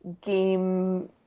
game